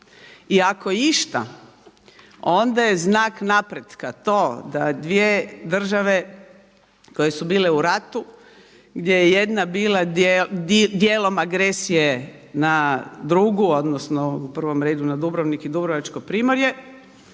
i ako išta onda je znak napretka to da dvije države koje su bile u ratu gdje je jedna bila dijelom agresije na drugu odnosno u prvom redu na Dubrovnik i Dubrovačko primorje,